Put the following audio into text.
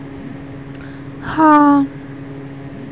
बेंगलुरु में रहने के कारण मेरे पैसे ज्यादा नहीं बच पाते